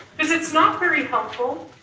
because it's not very helpful.